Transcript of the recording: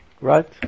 right